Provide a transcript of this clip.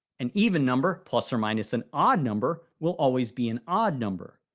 an even number plus or minus an odd number will always be an odd number.